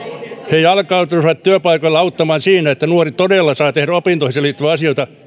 he jalkautuisivat työpaikoille auttamaan siinä että nuori todella saa tehdä opintoihinsa liittyviä asioita